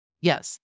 Yes